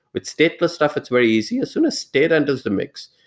with stateless stuff, it's very easy. as soon as data enters the mix,